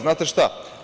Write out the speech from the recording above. Znate šta?